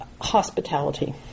hospitality